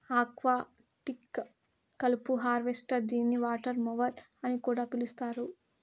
aquatic కలుపు harvester దీనిని water mower అని కూడా పిలుస్తారు